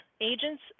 agents